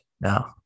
No